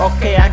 Okay